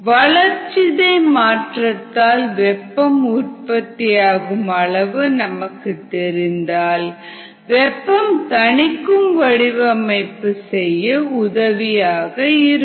வளர்சிதை மாற்றத்தால் வெப்பம் உற்பத்தியாகும் அளவு நமக்கு தெரிந்தால் வெப்பம் தணிக்கும் வடிவமைப்பு செய்ய உதவியாக இருக்கும்